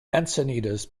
encinitas